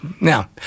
Now